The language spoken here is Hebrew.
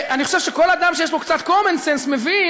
אני חושב שכל אדם שיש לו קצת common sense מבין